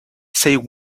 said